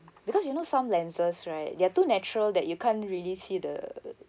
because you know some lenses right they are too natural that you can't really see the